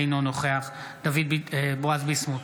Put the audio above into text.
אינו נוכח בועז ביסמוט,